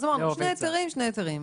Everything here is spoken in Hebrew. אז אמרנו שני היתרים זה שני היתרים,